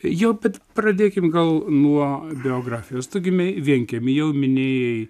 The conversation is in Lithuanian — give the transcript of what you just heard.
jo bet pradėkim gal nuo biografijos tu gimei vienkiemy jau minėjai